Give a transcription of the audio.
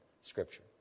Scripture